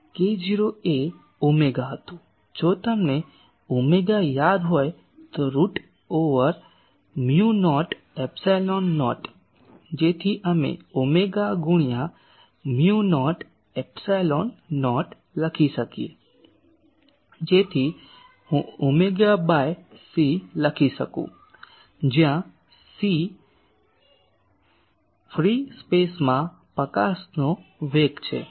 k0 એ omega હતું જો તમને ઓમેગા યાદ હોય તો root over mu naught epsilon naught જેથી અમે ઓમેગા ગુણ્યા મ્યુ નોટ એપ્સીલોન નોટ લખી શકીએ જેથી હું ઓમેગા બાય c લખી શકું જ્યાં સી ફ્રી સ્પેસમાં પ્રકાશનો વેગ છે